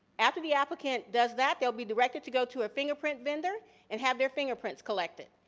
after the applicant does that, they'll be directed to go to a fingerprint vendor and have their fingerprints collected.